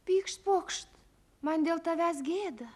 pykšt pokšt man dėl tavęs gėda